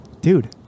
Dude